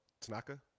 Tanaka